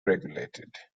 regulated